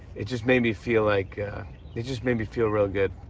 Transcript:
it just made me feel like it just made me feel real good.